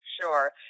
Sure